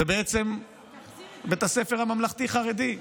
זה בעצם בית הספר הממלכתי-חרדי.